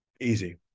Easy